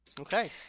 okay